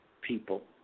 people